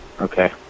Okay